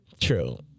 True